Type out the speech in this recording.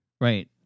right